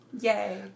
Yay